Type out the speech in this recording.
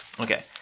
Okay